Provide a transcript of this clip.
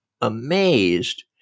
amazed